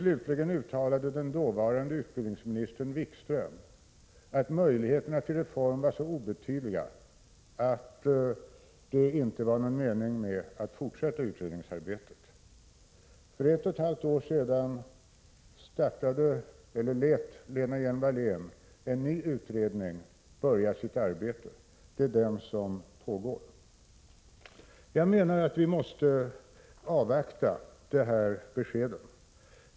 Slutligen uttalade den dåvarande utbildningsministern Jan-Erik Wikström att möjligheterna till en reform var så obetydliga att det inte var någon mening med att fortsätta utredningsarbetet. För ett och ett halvt år sedan lät Lena Hjelm-Wallén en ny utredning börja — Prot. 1986/87:17 arbeta. Det är det utredningsarbetet som nu pågår. Jag menar att vi måste 3 november 1986 avvakta utredningens besked.